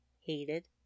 hated